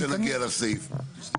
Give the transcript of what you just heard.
אנחנו נדבר על זה כשנגיע לסעיף.